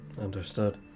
Understood